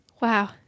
wow